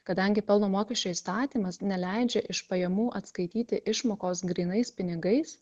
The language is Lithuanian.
kadangi pelno mokesčio įstatymas neleidžia iš pajamų atskaityti išmokos grynais pinigais